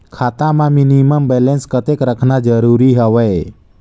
खाता मां minimum balance कतेक रखना जरूरी हवय?